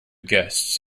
guests